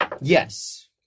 Yes